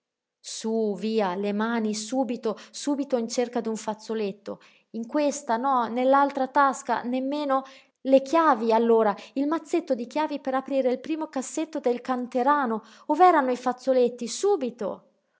sú via le mani subito subito in cerca d'un fazzoletto in questa no nell'altra tasca nemmeno le chiavi allora il mazzetto di chiavi per aprire il primo cassetto del canterano ov'erano i fazzoletti subito